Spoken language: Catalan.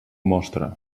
mostra